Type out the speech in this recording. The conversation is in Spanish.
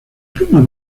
plumas